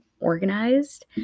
organized